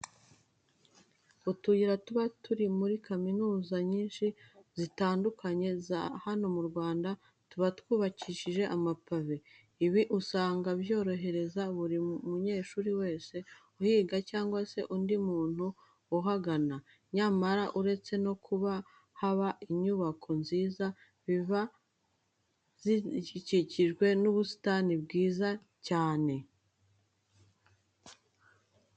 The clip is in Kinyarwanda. Utuyira tuba turi muri kaminuza nyinshi zitandukanye za hano mu Rwanda tuba twubakishije amapave. Ibi usanga byorohereza buri munyeshuri wese uhiga cyangwa se undi muntu uhagana. Nyamara uretse no kuba haba inyubako nziza, ziba zinakikijwe n'ubusitani bwiza cyane.